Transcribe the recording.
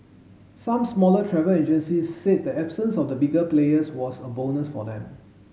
some smaller travel agencies said the absence of the bigger players was a bonus for them